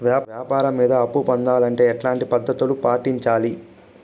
వ్యాపారం మీద అప్పు పొందాలంటే ఎట్లాంటి పద్ధతులు పాటించాలి?